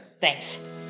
Thanks